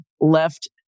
left